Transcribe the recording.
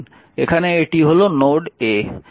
এখানে এটি হল নোড a